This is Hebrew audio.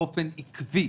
באופן עקבי,